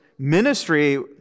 Ministry